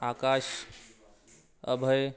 आकाश अभय